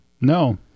No